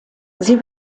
sie